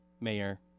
mayor